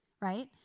Right